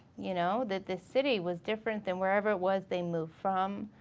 you know that the city was different than wherever it was they moved from.